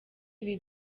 ibi